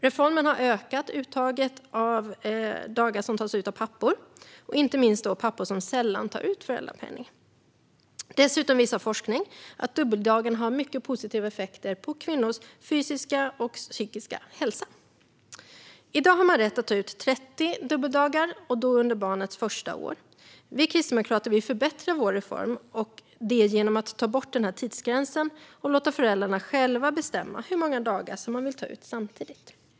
Reformen har ökat uttaget av dagar som tas ut av pappor, inte minst pappor som sällan tar ut föräldrapenning. Dessutom visar forskning att dubbeldagarna har mycket positiva effekter på kvinnors fysiska och psykiska hälsa. I dag har man rätt att ta ut 30 dubbeldagar under barnets första år. Vi kristdemokrater vill förbättra vår reform genom att ta bort den här tidsgränsen och låta föräldrarna själva bestämma hur många dagar som man vill ta ut samtidigt.